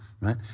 right